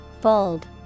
Bold